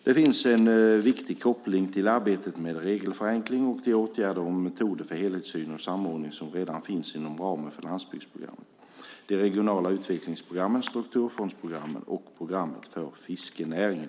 Det finns en viktig koppling till arbetet med regelförenkling och de åtgärder och metoder för helhetssyn och samordning som redan finns inom ramen för landsbygdsprogrammet, de regionala utvecklingsprogrammen, strukturfondsprogrammen och programmet för fiskerinäringen.